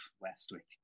Westwick